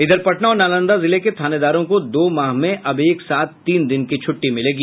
इधर पटना और नालंदा जिले के थानेदारों को दो माह में अब एक साथ तीन दिन की छुट्टी मिलेगी